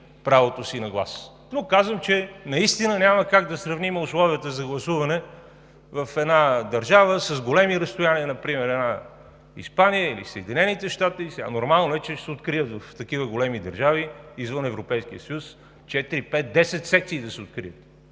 правото си на глас, но казвам, че наистина няма как да сравним условията за гласуване в една държава с големи разстояния – например Испания, или Съединените щати, нормално е, че ще се открият. В такива големи държави, извън Европейския съюз четири, пет, десет секции – да се открият.